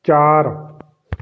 ਚਾਰ